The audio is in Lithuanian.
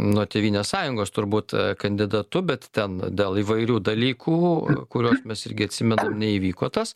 nuo tėvynės sąjungos turbūt kandidatu bet ten dėl įvairių dalykų kuriuos mes irgi atsimenam neįvyko tas